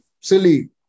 Silly